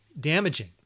damaging